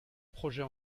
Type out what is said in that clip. projets